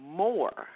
more